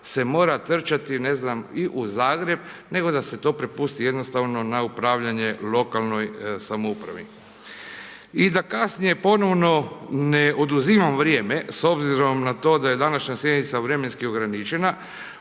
se mora trčati ne znam i u Zagreb, nego da se to prepusti jednostavno na upravljanje lokalnoj samoupravi. I da kasnije ponovno ne oduzimam vrijeme s obzirom na to da je današnja sjednica vremenski ograničena,